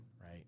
right